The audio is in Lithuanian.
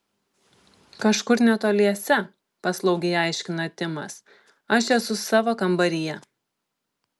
kažkur netoliese paslaugiai aiškina timas aš esu savo kambaryje